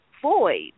void